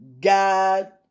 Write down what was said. God